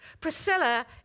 Priscilla